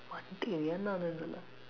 wonder என்னாது இது எல்லா:ennaathu ithu ellaa